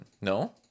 No